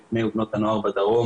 את בני ובנות הנוער בדרום